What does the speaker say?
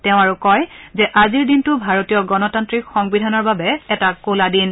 তেওঁ আৰু কয় যে আজিৰ দিনটো ভাৰতীয় গণতান্ত্ৰিক সংবিধানৰ বাবে এটা ক'লা দিন